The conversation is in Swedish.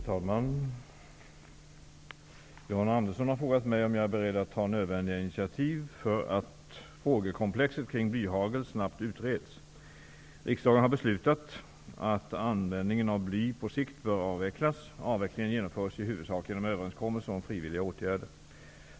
Fru talman! John Andersson har frågat mig om jag är beredd att ta nödvändiga initiativ för att frågekomplexet kring blyhagel snabbt utreds. Avvecklingen genomförs i huvudsak genom överenskommelser om frivilliga åtgärder.